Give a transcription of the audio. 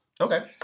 Okay